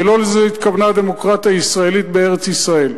ולא לזה התכוונה הדמוקרטיה הישראלית בארץ-ישראל.